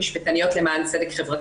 משפטניות למען צדק חברתי.